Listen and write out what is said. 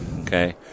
Okay